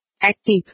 Active